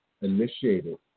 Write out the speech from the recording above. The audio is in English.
initiated